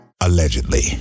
allegedly